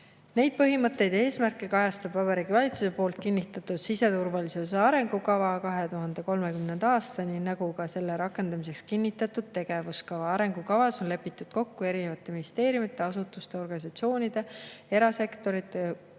Neid põhimõtteid ja eesmärke kajastab Vabariigi Valitsuse kinnitatud siseturvalisuse arengukava 2030. aastani, nagu ka selle rakendamiseks kinnitatud tegevuskava. Arengukavas on lepitud kokku erinevate ministeeriumide ja muude asutuste-organisatsioonide, samuti